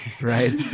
Right